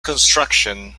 construction